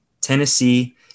Tennessee